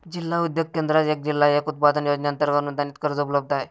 जिल्हा उद्योग केंद्रात एक जिल्हा एक उत्पादन योजनेअंतर्गत अनुदानित कर्ज उपलब्ध आहे